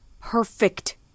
perfect